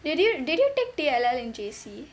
did you did you take T_L_L in J_C